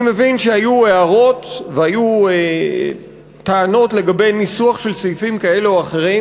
אני מבין שהיו הערות והיו טענות לגבי ניסוח של סעיפים כאלה או אחרים,